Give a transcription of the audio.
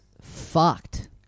fucked